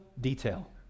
detail